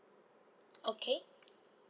okay